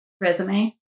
resume